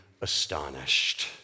astonished